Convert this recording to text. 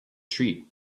treat